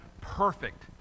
perfect